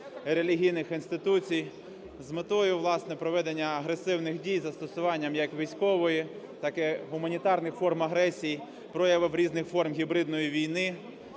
релігійних інституцій з метою, власне, проведення агресивних дій із застосуванням як військової, так і гуманітарних форм агресій, проявів різних форм гібридної війни,